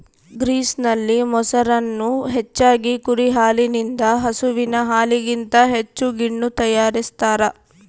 ಗ್ರೀಸ್ನಲ್ಲಿ, ಮೊಸರನ್ನು ಹೆಚ್ಚಾಗಿ ಕುರಿ ಹಾಲಿನಿಂದ ಹಸುವಿನ ಹಾಲಿಗಿಂತ ಹೆಚ್ಚು ಗಿಣ್ಣು ತಯಾರಿಸ್ತಾರ